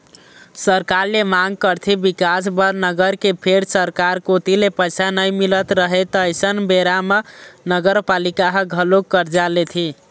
सरकार ले मांग करथे बिकास बर नगर के फेर सरकार कोती ले पइसा नइ मिलत रहय त अइसन बेरा म नगरपालिका ह घलोक करजा लेथे